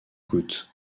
gouttes